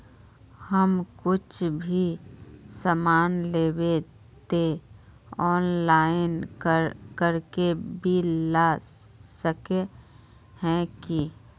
हम कुछ भी सामान लेबे ते ऑनलाइन करके बिल ला सके है की?